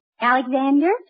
Alexander